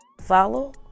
Follow